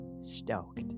stoked